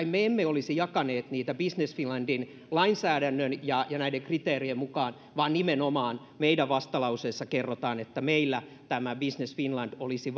me emme olisi jakaneet niitä business finlandin lainsäädännön ja ja kriteerien mukaan vaan nimenomaan meidän vastalauseessa kerrotaan että meillä business finland olisi